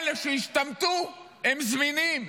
האלה שהשתמטו הם זמינים,